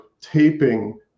taping